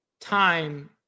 time